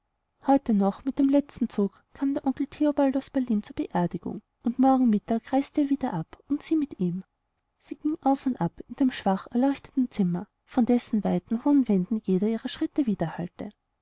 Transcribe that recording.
heute noch mit dem letzten zug kam der onkel teobald aus berlin zu der beerdigung und morgen mittag reiste er wieder ab und sie mit ihm sie ging auf und ab in dem schwach erleuchteten zimmer von dessen weiten hohen wänden jeder ihrer schritte